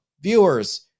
viewers